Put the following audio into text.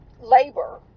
labor